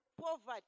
poverty